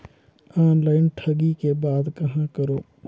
Online ठगी के बाद कहां करों?